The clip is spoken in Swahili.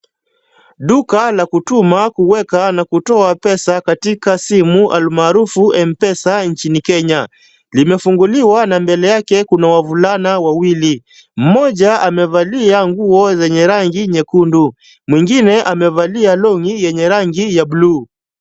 Duka la kutuma kuweka na kutoa pesa katika simu alimaarufu M-Pesa nchini Kenya. Limefunguliwa na mbele yake kuna wavulana wawili. Mmoja amevalia nguo zenye rangi nyekundu, mwingine amevalia long'i yenye rangi ya bluu.